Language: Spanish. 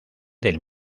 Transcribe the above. del